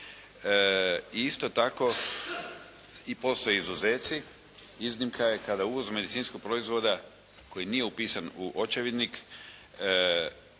isto tako i postoje izuzeci, iznimka je kada uvoz medicinskog proizvoda koji nije upisan u očevidnik